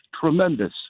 tremendous